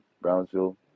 Brownsville